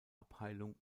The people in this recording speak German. abheilung